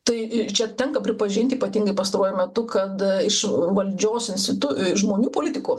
tai čia tenka pripažinti ypatingai pastaruoju metu kad iš valdžios institu žmonių politikų